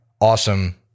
awesome